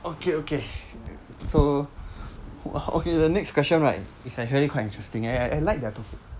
okay okay so okay the next question right is actually quite interesting eh I like that topic